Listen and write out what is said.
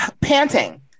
panting